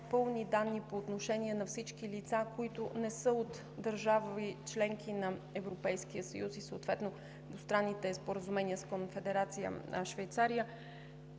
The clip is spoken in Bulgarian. пълни данни по отношение на всички лица, които не са от държави – членки на Европейския съюз, и съответно двустранните споразумения с Конфедерация Швейцария.